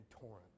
torrent